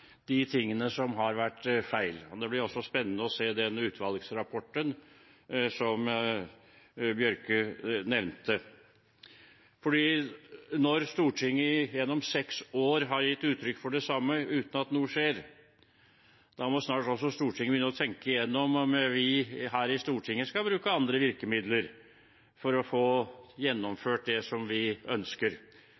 de tingene som har vært feil. Det blir også spennende å se den utvalgsrapporten som Bjørke nevnte. Når Stortinget gjennom seks år har gitt uttrykk for det samme, uten at noe skjer, da må snart også Stortinget begynne å tenke gjennom om vi her i Stortinget skal bruke andre virkemidler for å få